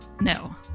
No